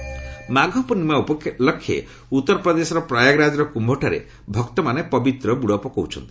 କୁମ୍ଭ ମାଘପୂର୍ଣ୍ଣିମା ଉପଲକ୍ଷେ ଉତ୍ତରପ୍ରଦେଶର ପ୍ରୟାଗରାଜ୍ର କ୍ୟୁଠାରେ ଭକ୍ତମାନେ ପବିତ୍ର ବୁଡ଼ ପକାଉଛନ୍ତି